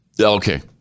okay